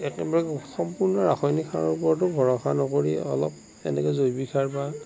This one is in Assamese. একেবাৰে সম্পূৰ্ণ ৰাসায়নিক সাৰৰ ওপৰতো ভৰষা নকৰি অলপ এনেকৈ জৈৱিক সাৰ বা